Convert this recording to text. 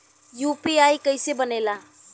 UPI कईसे बनेला?